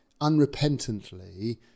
unrepentantly